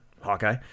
Hawkeye